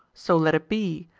so let it be,